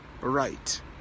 right